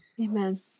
Amen